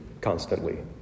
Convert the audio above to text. constantly